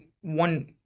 one